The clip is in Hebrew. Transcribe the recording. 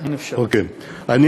אני